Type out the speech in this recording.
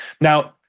Now